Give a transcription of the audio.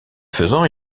faisant